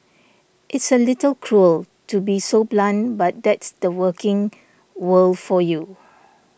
it's a little cruel to be so blunt but that's the working world for you